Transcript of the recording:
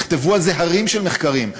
נכתבו על זה הרים של מחקרים.